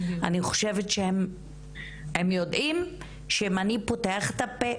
אני חושבת שהם יודעים שאם אני פותח את הפה,